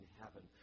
heaven